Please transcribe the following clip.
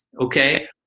okay